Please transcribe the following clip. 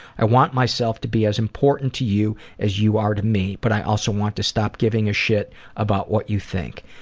i want myself to be as important to you as you are to me. but i also want to stop giving a shit about what you think.